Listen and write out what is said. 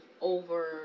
over